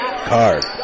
Card